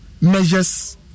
measures